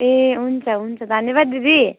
ए हुन्छ हुन्छ धन्यवाद दिदी